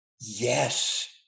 Yes